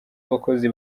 abakozi